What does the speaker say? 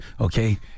okay